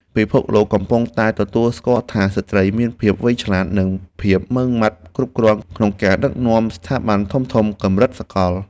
ពិភពលោកកំពុងតែទទួលស្គាល់ថាស្ត្រីមានភាពវៃឆ្លាត និងភាពម៉ឺងម៉ាត់គ្រប់គ្រាន់ក្នុងការដឹកនាំស្ថាប័នធំៗកម្រិតសកល។